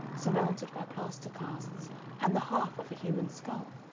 surmounted by plaster casts and the half of a human skull,